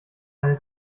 eine